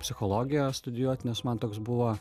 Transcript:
psichologiją studijuot nes man toks buvo